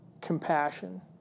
compassion